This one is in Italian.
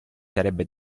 sarebbe